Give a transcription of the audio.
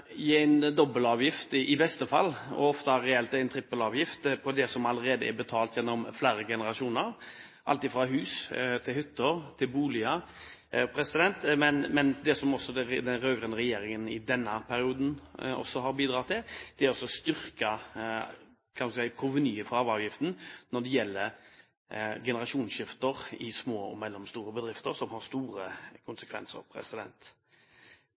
i beste fall er en dobbeltavgift, og ofte er det reelt en trippelavgift på det som allerede er betalt gjennom flere generasjoner – på alt fra hus og hytter til boliger. Men det som den rød-grønne regjeringen i denne perioden også har bidratt til, er å styrke provenyet for arveavgiften når det gjelder generasjonsskifter i små og mellomstore bedrifter, som har store konsekvenser.